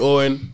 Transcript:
Owen